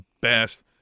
best